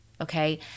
okay